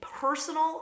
personal